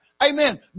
Amen